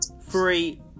three